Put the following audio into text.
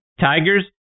Tigers